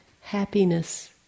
happiness